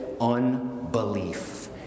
unbelief